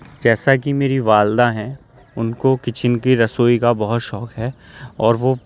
جیسا کہ میری والدہ ہیں ان کو کچن کی رسوئی کا بہت شوق ہے اور وہ